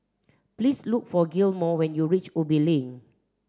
please look for Gilmore when you reach Ubi Link